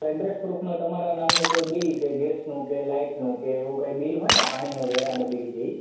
address પ્રૂફમાં તમારા નામનું કોઈ બિલ કે ગેસનું કે લાઇટનું કે એવું કાંઇ બિલ હોય ને પાણીનું વેરાનું બિલ કે એ